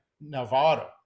Nevada